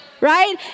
right